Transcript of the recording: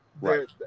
right